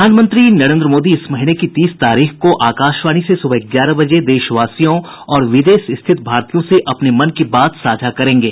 प्रधानमंत्री नरेन्द्र मोदी इस महीने की तीस तारीख को आकाशवाणी से सुबह ग्यारह बजे देशवासियों और विदेश स्थित भारतीयों से अपने मन की बात साझा करेंगे